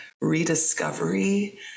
rediscovery